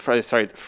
sorry